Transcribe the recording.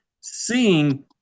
seeing